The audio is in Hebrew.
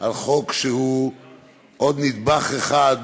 על חוק שהוא עוד נדבך אחד